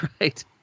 right